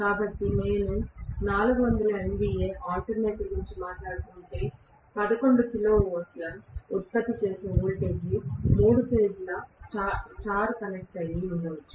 కాబట్టి నేను 400 MVA alternator గురించి మాట్లాడుతుంటే 11 కిలో వోల్ట్ ఉత్పత్తి చేసే వోల్టేజ్ మూడు ఫేజ్ ల స్టార్ కనెక్ట్ అయి ఉండవచ్చు